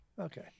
Okay